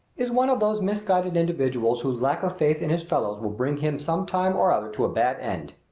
is one of those misguided individuals whose lack of faith in his fellows will bring him some time or other to a bad end.